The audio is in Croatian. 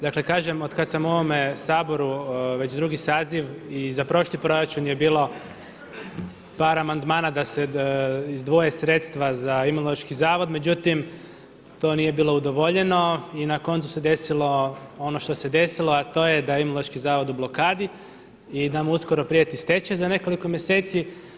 Dakle, kažem od kada sam u ovome Saboru već drugi saziv i za prošli proračun je bilo par amandmana da se izdvoje sredstva za Imunološki zavod, međutim to nije bilo udovoljeno i na koncu se desilo ono što se desilo, a to je da je Imunološki zavod u blokadi i da mu uskoro prijeti stečaj za nekoliko mjeseci.